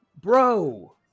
Bro